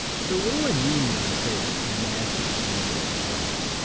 so, what do i mean when i say massive change is upon us?